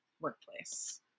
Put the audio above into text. workplace